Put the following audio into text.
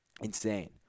Insane